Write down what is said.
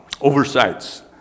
oversights